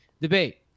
debate